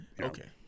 Okay